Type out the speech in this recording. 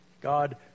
God